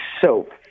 soap